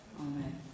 Amen